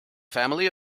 family